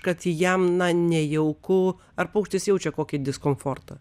kad jam na nejauku ar paukštis jaučia kokį diskomfortą